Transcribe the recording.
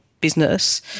business